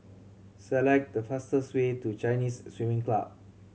select the fastest way to Chinese Swimming Club